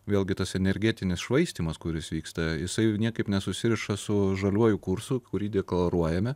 vėlgi tas energetinis švaistymas kuris vyksta jisai niekaip nesusiriša su žaliuoju kursu kurį deklaruojame